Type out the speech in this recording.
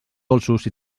dolços